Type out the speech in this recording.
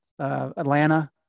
Atlanta